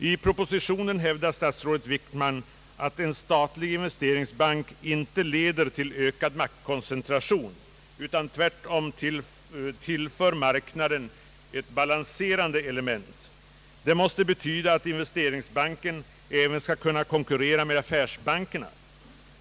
I propositionen hävdar statsrådet Wickman att en statlig investeringsbank inte leder till ökad maktkoncentration utan tvärtom tillför marknaden ett balanserande element. Det måste betyda att investeringsbanken även skall kunna konkurrera med affärsbankerna.